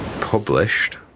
..published